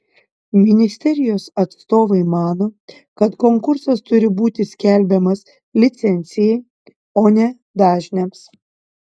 ministerijos atstovai mano kad konkursas turi būti skelbiamas licencijai o ne dažniams